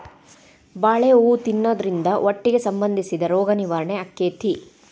ಬಾಳೆ ಹೂ ತಿನ್ನುದ್ರಿಂದ ಹೊಟ್ಟಿಗೆ ಸಂಬಂಧಿಸಿದ ರೋಗ ನಿವಾರಣೆ ಅಕೈತಿ